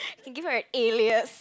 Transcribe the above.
can give me an alias